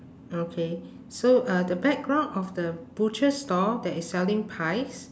okay so uh the background of the butcher store that is selling pies